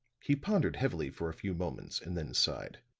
he pondered heavily for a few moments and then sighed.